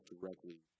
directly